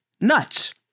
nuts